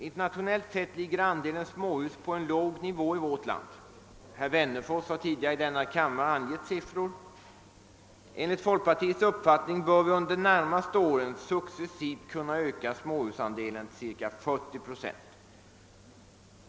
Internationellt sett ligger andelen småhus på en låg nivå i vårt land; herr Wennerfors har tidigare i dag angivit en del siffror. Enligt folkpartiets uppfattning bör vi under de närmaste åren successivt kunna öka småhusandelen till ca 40 procent.